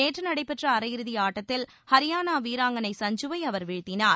நேற்று நடைபெற்ற அரையிறுதி ஆட்டத்தில் ஹரியானா வீராங்களை சஞ்சுவை அவர் வீழ்த்தினார்